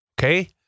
Okay